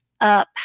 up